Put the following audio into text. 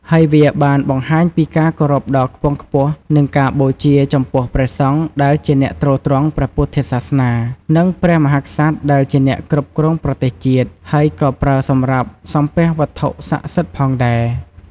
ហើយវាបានបង្ហាញពីការគោរពដ៏ខ្ពង់ខ្ពស់ និងការបូជាចំពោះព្រះសង្ឃដែលជាអ្នកទ្រទ្រង់ព្រះពុទ្ធសាសនា និងព្រះមហាក្សត្រដែលជាអ្នកគ្រប់គ្រងប្រទេសជាតិ ហើយក៏ប្រើសម្រាប់សំពះវត្ថុស័ក្តិសិទ្ធិផងដែរ។